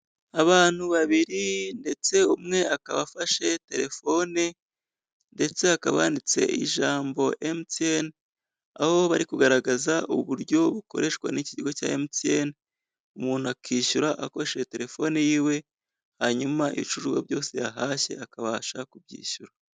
Abantu babiri ndetse umwe akaba afashe telefone ndetse hakaba handitse ijambo MTN, aho bari kugaragaza uburyo bukoreshwa n'iki kigo cya MTN, umuntu akishyura akoresheje telefoni yiwe hanyuma ibicuruzwa byose yahashye akabasha kubyishyura.